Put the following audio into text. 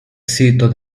sito